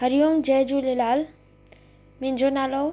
हरि ओम जय झूलेलाल मुंहिंजो नालो